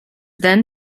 then